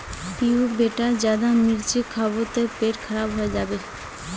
पीहू बेटा ज्यादा मिर्च खाबो ते पेट खराब हों जाबे